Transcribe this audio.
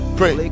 pray